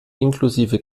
inklusive